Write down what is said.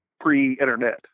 pre-internet